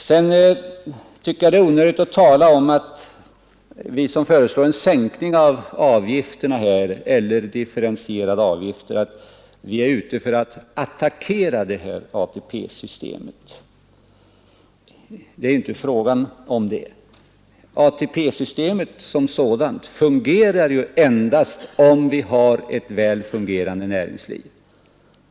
Det är oriktigt att säga att vi, som föreslår en sänkning eller differentiering av avgifterna, är ute efter att attackera ATP-systemet. Det är inte fråga om något sådant. ATP-systemet fungerar endast om vi har ett väl utvecklat näringsliv.